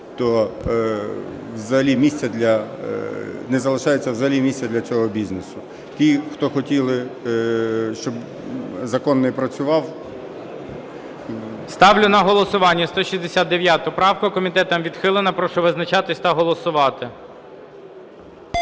не залишається взагалі місця для цього бізнесу. Ті, хто хотіли, щоб закон не працював... ГОЛОВУЮЧИЙ. Ставлю на голосування 169 правку. Комітетом відхилена. Прошу визначатись та голосувати.